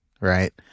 right